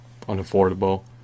unaffordable